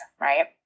right